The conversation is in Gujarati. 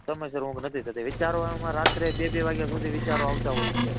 સમયસર ઊંઘ નથી થતી વિચારો આમ રાત્રે બે બે વાગ્યા સુધી વિચારો આવતા હોય છે